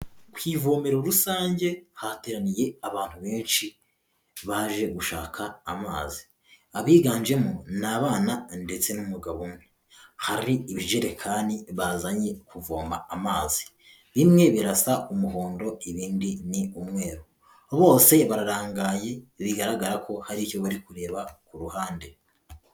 Ku ivome rusange hateraniye abantu benshi baje gushaka amazi, abiganjemo ni abana ndetse n'umugabo umwe, hari ibijerekani bazanye kuvoma amazi, bimwe birasa umuhondo ibindi ni umweru, bose bararangaye bigaragara ko hari icyo bari kureba ku ruhande.